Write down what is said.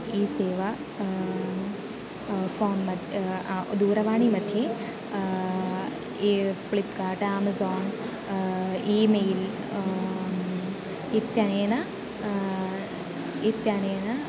E Seva phone मध्ये दूरवाणीमध्ये एवं फ़्लिप्कार्ट् अमेज़ान् ई मेल् इत्यनेन इत्यनेन